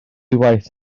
waith